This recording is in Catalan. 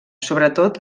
sobretot